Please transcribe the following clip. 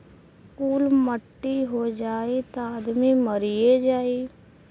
कुल मट्टी हो जाई त आदमी मरिए जाई